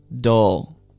dull